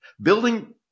building